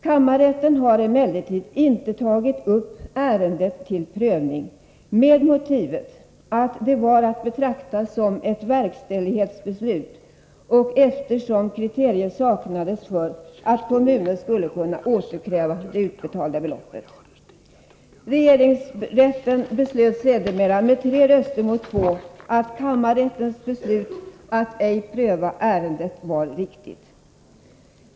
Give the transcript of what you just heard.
Kammarrätten har emellertid inte tagit upp ärendet till prövning, med motivet att det var att betrakta som ett verkställighetsbeslut och eftersom kriterier saknades för att kommunen skulle kunna återkräva det utbetalda beloppet. Regeringsrätten beslöt sedermera med tre röster mot två att kammarrättens beslut att ej pröva ärendet var riktigt.